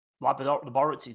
laboratory